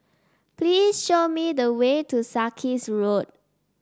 please show me the way to Sarkies Road